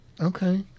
Okay